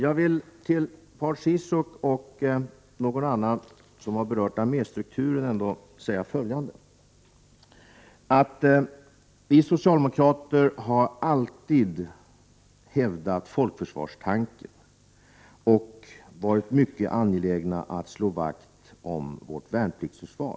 Till dem, bl.a. Paul Ciszuk, som har berört arméstrukturen vill jag säga följande. Socialdemokraterna har alltid hävdat folkförsvarstanken och varit mycket angelägna om att vi skall slå vakt om vårt värnpliktsförsvar.